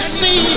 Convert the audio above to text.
see